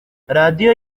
radiyo